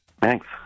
Thanks